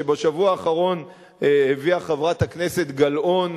כשבשבוע האחרון הביאה חברת הכנסת גלאון,